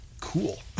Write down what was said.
cool